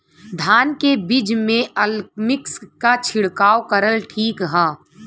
धान के बिज में अलमिक्स क छिड़काव करल ठीक ह?